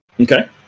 Okay